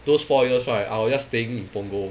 those four years right I was just staying in punggol